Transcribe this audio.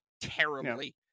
terribly